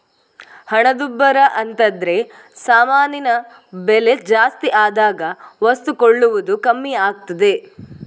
ಹಣದುಬ್ಬರ ಅಂತದ್ರೆ ಸಾಮಾನಿನ ಬೆಲೆ ಜಾಸ್ತಿ ಆದಾಗ ವಸ್ತು ಕೊಳ್ಳುವುದು ಕಮ್ಮಿ ಆಗ್ತದೆ